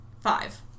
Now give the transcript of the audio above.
five